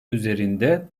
üzerinde